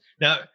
Now